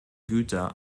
güter